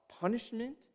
punishment